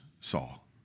Saul